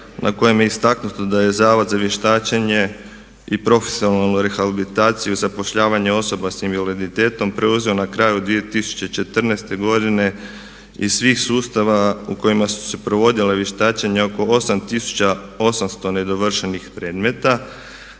na kojim je istaknuto da je Zavod za vještačenje i profesionalnu rehabilitaciju i zapošljavanje osoba sa invaliditetom preuzeo na kraju 2014. godine iz svih sustava u kojima su se provodila vještačenja oko 8800 nedovršenih predmeta,